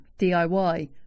DIY